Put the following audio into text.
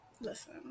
Listen